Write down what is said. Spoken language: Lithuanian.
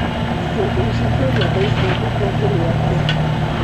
su užupiu labai sunku konkuruoti